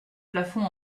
plafond